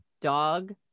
dog